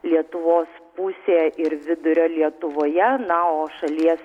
lietuvos pusėje ir vidurio lietuvoje na o šalies